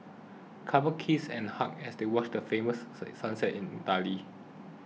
couples kissed and hugged as they watch the famous sunset in Italy